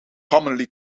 commonly